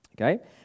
Okay